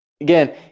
again